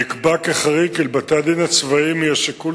נקבע כחריג כי לבתי-הדין הצבאיים יהיה שיקול